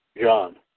John